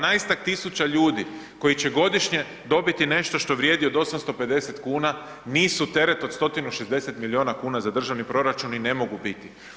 12-ak tisuća ljudi koji će godišnje dobiti nešto što vrijedi od 850 kn, nisu teret od 160 milijuna kuna za državni proračun i ne mogu biti.